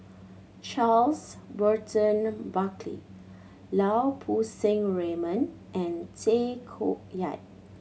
Charles Burton Buckley Lau Poo Seng Raymond and Tay Koh Yat